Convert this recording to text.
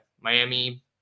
Miami